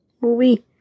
movie